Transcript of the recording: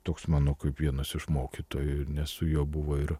toks mano kaip vienas iš mokytojų ir ne su juo buvo ir